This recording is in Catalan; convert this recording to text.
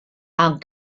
amb